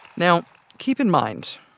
now keep in mind,